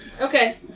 Okay